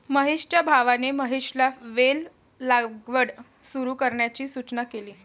महेशच्या भावाने महेशला वेल लागवड सुरू करण्याची सूचना केली